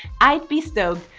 i'd be stoked.